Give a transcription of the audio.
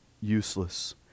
useless